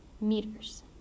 meters